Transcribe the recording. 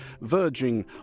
verging